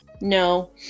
no